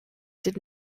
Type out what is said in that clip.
did